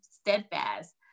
steadfast